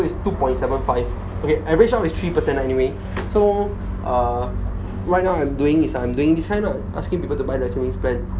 is two point seven five okay average out it's three percent anyway so uh right now I'm doing is I'm doing this kind lah asking people to buy the savings plan